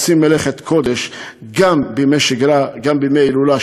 הם עושים מלאכת קודש גם בימי שגרה וגם בימי הילולה,